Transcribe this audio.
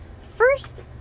First